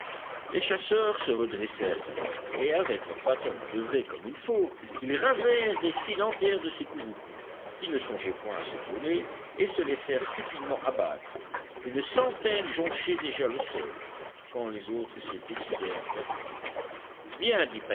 les chasseurs se redressèrent alors et avec leurs bâtons manoeuvrés comme une faux ils rasèrent des files entières de ces couroucous qui ne songeaient point à s'envoler et se laissèrent stupidement abattre une centaine jonchait déjà le sol quand les autres se décidèrent à fuir bien